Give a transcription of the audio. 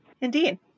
Indeed